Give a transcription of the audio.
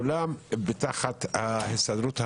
כולם תחת ההסתדרות החדשה.